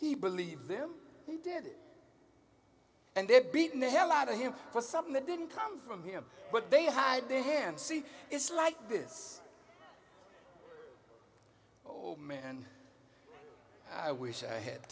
he believed them he did and they're beating the hell out of him for something that didn't come from him but they had a hand see it's like this oh man i wish i had